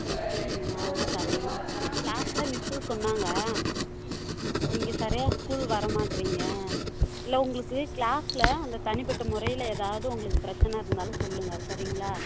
health இஸ்யூங்களா சரிங்கம்மா கிளாஸில் மிஸ்ஸும் சொன்னாங்க நீங்கள் சரியாக ஸ்கூல் வர மாட்றீங்க இல்ல உங்களுக்கு கிளாஸில் அந்த தனிப்பட்ட முறையில் ஏதாவது உங்களுக்கு பிரச்சனை இருந்தாலும் சொல்லுங்க சரிங்களா